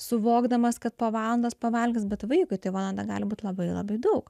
suvokdamas kad po valandos pavalgys bet vaikui tai valanda gali būti labai labai daug